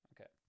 okay